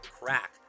crack